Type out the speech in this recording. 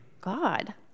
God